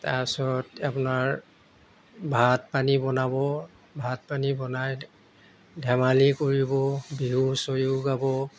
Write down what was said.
তাৰপিছত আপোনাৰ ভাত পানী বনাব ভাত পানী বনাই ধেমালি কৰিব বিহু হুঁচৰিও গাব